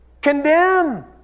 Condemn